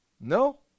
No